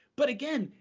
but, again,